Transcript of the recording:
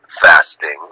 fasting